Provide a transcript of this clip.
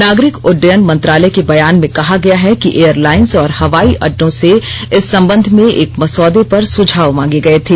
नगरिक उड्डयन मंत्रालय के बयान में कहा गया है कि एयरलाइंस और हवाई अड्डों से इस संबंध में एक मसौदे पर सुझाव मांगे गए थे